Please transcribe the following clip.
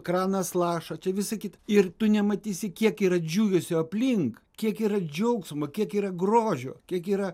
kranas laša čia visa kita ir tu nematysi kiek yra džiugesio aplink kiek ir džiaugsmo kiek yra grožio kiek yra